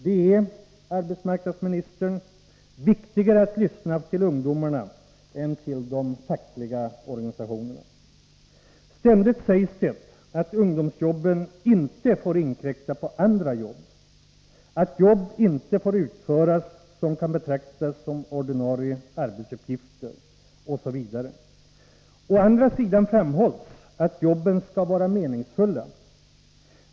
Det är, fru arbetsmarknadsminister, viktigare att lyssna till ungdomarna än till de fackliga organisationerna. Ständigt sägs det att ungdomsjobben inte får inkräkta på andra jobb, att jobbinte får utföras som kan betraktas som ordinarie arbetsuppgifter osv. Å andra sidan framhålls att jobben skall vara meningsfulla.